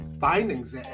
findings